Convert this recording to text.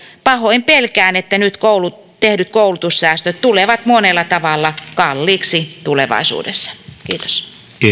pahoin pelkään että nyt tehdyt koulutussäästöt tulevat monella tavalla kalliiksi tulevaisuudessa kiitos